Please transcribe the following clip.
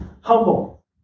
humble